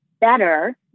better